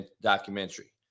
documentary